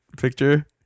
picture